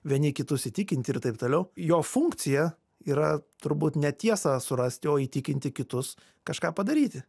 vieni kitus įtikint ir taip toliau jo funkcija yra turbūt ne tiesą surasti o įtikinti kitus kažką padaryti